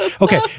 Okay